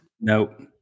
Nope